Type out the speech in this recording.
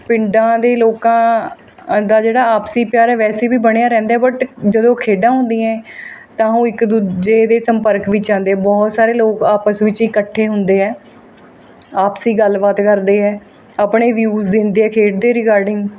ਪਿੰਡਾਂ ਦੇ ਲੋਕਾਂ ਦਾ ਜਿਹੜਾ ਆਪਸੀ ਪਿਆਰ ਹੈ ਵੈਸੇ ਵੀ ਬਣਿਆ ਰਹਿੰਦਾ ਹੈ ਬਟ ਜਦੋਂ ਖੇਡਾਂ ਹੁੰਦੀਆਂ ਤਾਂ ਉਹ ਇੱਕ ਦੂਜੇ ਦੇ ਸੰਪਰਕ ਵਿੱਚ ਆਉਂਦੇ ਬਹੁਤ ਸਾਰੇ ਲੋਕ ਆਪਸ ਵਿੱਚ ਇਕੱਠੇ ਹੁੰਦੇ ਹੈ ਆਪਸੀ ਗੱਲਬਾਤ ਕਰਦੇ ਹੈ ਆਪਣੇ ਵਿਊਜ਼ ਦਿੰਦੇ ਹੈ ਖੇਡ ਦੇ ਰਿਗਾਡਿੰਗ